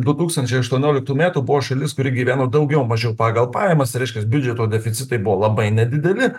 du tūkstančiai aštuonioliktų metų buvo šalis kuri gyveno daugiau mažiau pagal pajamas reiškias biudžeto deficitai buvo labai nedideli